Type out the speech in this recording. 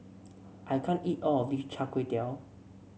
I can't eat all of this Char Kway Teow